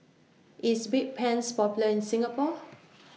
IS Bedpans Popular in Singapore